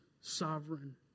sovereign